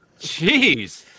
Jeez